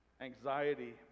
anxiety